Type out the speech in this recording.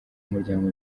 umuryango